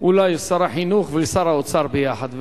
זה אולי זה שר החינוך ושר האוצר ביחד,